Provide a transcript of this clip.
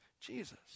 Jesus